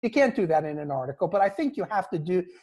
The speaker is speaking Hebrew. אתה לא יכול לעשות את זה במאמר, אבל אני חושבת שאתה חייב לעשות.